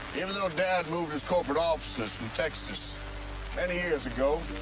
even though dad moved his corporate offices from texas many years ago,